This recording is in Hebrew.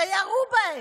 שירו בהם,